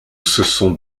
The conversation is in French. sont